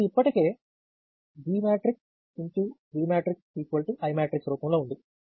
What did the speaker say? ఇది ఇప్పటికీ G × V I రూపంలో ఉంది